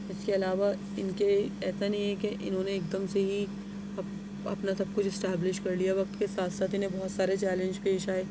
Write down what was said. اِس کے علاوہ اِن کے ایسا نہیں ہے کہ اِنہوں نے ایک دم سے ہی اب اپنا سب کچھ اسٹبلش کرلیا وقت کے ساتھ ساتھ اِنہیں بہت سارے چیلنج پیش آئے